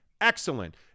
Excellent